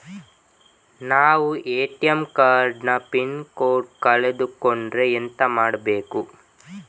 ನಾವು ATM card ನ pin code ಕಳೆದು ಕೊಂಡ್ರೆ ಎಂತ ಮಾಡ್ಬೇಕು?